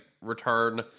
return